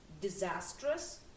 disastrous